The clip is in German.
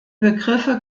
begriffe